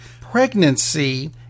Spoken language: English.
pregnancy